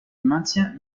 maintient